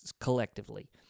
collectively